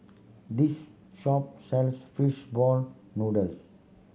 this shop sells fish ball noodles